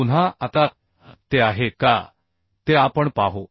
पुन्हा आता ते आहे का ते आपण पाहू